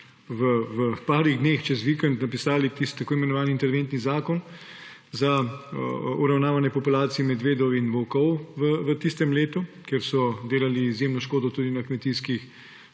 v nekaj dneh, čez vikend napisali tisti tako imenovani interventni zakon za uravnavanje populacije medvedov in volkov v tistem letu, ker so delali izjemno škodo tudi na kmetijskih